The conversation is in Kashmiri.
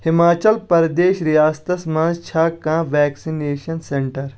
ہِماچل پرٛدیش ریاستس مَنٛز چھا کانٛہہ ویکسنیشن سینٹر